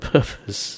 purpose